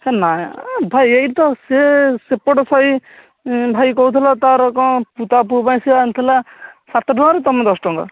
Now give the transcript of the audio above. ହେ ନାଁ ଭାଇ ଏହି ତ ସେ ସେପଟ ସାହି ଭାଇ କହୁଥୁଲା ତା'ର କ'ଣ ପୁ ତା ପୁଅ ପାଇଁ ସେ ଆଣିଥିଲା ସାତ ଟଙ୍କାରେ ତୁମେ ଦଶ ଟଙ୍କା